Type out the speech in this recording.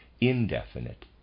indefinite